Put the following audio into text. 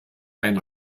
ein